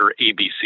ABC